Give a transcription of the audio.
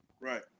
right